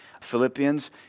Philippians